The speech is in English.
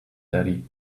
daddy